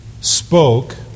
spoke